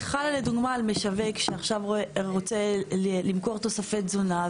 זה חל למשל על משווק שעכשיו רוצה למכור תוספי תזונה.